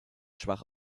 schwach